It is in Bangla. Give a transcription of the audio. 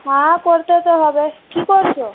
হ্যাঁ করতে তো হবে কী করছো